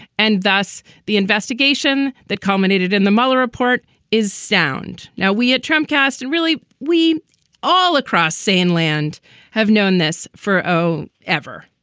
and thus the investigation that culminated in the mueller report is sound. now, we had trump cast and really we all across sane land have known this for oh, ever.